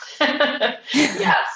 Yes